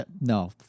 No